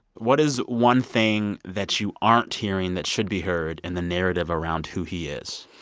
what is one thing that you aren't hearing that should be heard in the narrative around who he is?